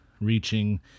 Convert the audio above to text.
reaching